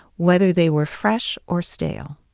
whether they were fresh or stale.